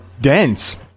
dense